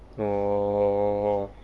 oh